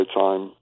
time